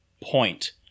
point